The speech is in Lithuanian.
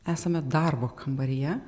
esame darbo kambaryje